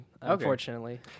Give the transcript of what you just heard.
unfortunately